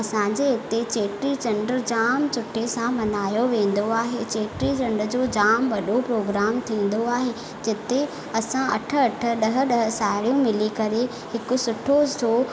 ऐं असांजे हिते चेटीचंड जाम सुठे सां मनायो वेंदो आहे चेटीचंड जो जाम वॾो प्रोग्राम थींदो आहे जिते असां अठ अठ ॾह ॾह साहेड़ियूं मिली करे हिक सुठो सो